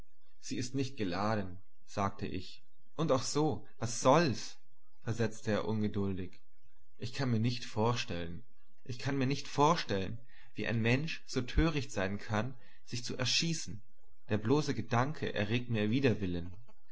sie ist nicht geladen sagte ich und auch so was soll's versetzte er ungeduldig ich kann mir nicht vorstellen wie ein mensch so töricht sein kann sich zu erschießen der bloße gedanke erregt mir widerwillen